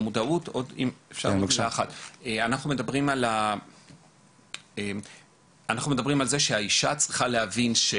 אנחנו מדברים על זה שהאישה צריכה להבין ש...